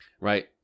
right